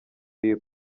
here